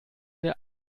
wir